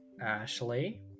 Ashley